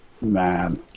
Man